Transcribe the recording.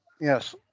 Yes